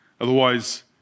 Otherwise